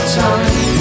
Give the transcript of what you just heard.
time